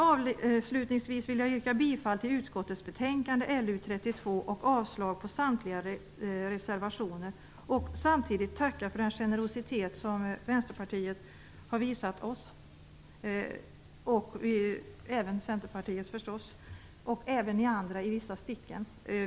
Avslutningsvis vill jag yrka bifall till utskottets hemställan i betänkande LU32 och avslag på samtliga reservationer. Samtidigt vill jag tacka för den generositet som Vänsterpartiet och även Centerpartiet har visat oss, liksom i vissa stycken även ni andra har gjort.